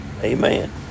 Amen